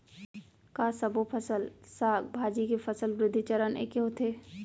का सबो फसल, साग भाजी के फसल वृद्धि चरण ऐके होथे?